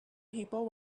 people